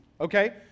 okay